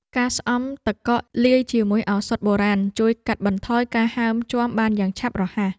ការស្អំទឹកកកលាយជាមួយឱសថបុរាណ ជួយកាត់បន្ថយការហើមជាំបានយ៉ាងឆាប់រហ័ស។